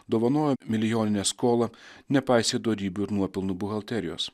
dovanojo milijoninę skolą nepaisė dorybių ir nuopelnų buhalterijos